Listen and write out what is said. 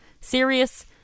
serious